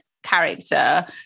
Character